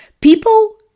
people